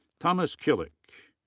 thomas kilyk.